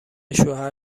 شوهر